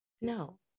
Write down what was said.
no